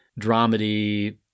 dramedy